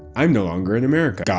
i'm no longer in america. god,